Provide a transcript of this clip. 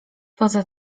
poza